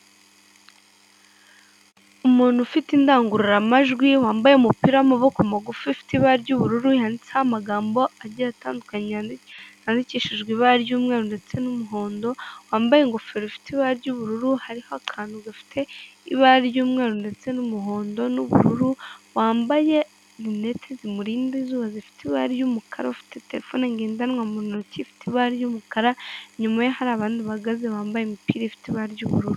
Umuntu ufite indangururamajwi wambaye umupira w'amaboko magufi ufite ibara ry'ubururu handitseho amagambo agiye atandukanye yandikishijwe ibara ry'umweru ndetse n'umuhondo wambaye ingofero ifite ibara ry'ubururu hariho akantu gafite ibara ry'umweru ndetse n'umuhondo n'ubururu wambaye rinete zimurinda izuba zifite ibara ry'umukara ufite terefone ngendanwa mu ntoki ifite ibara ry'umukara, inyuma ye hari abandi bahagaze bambaye imipira ifite ibara ry'ubururu.